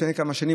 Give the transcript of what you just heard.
לפני כמה שנים,